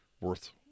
worth